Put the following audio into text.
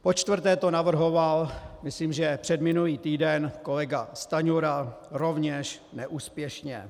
Počtvrté to navrhoval, myslím předminulý týden, kolega Stanjura, rovněž neúspěšně.